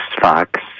fox